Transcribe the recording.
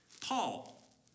Paul